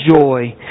joy